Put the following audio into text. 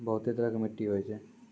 बहुतै तरह के मट्टी होय छै